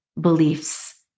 beliefs